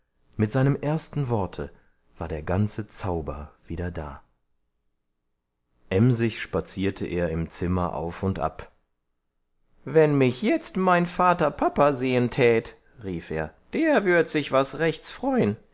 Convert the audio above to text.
mit seinem ersten worte war der ganze zauber wieder da emsig spazierte er im zimmer auf und ab wenn mich jetzt mein vater papa sehen tät rief er der würd sich was rechts freuen